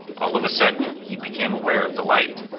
all of a sudden, he became aware of the light,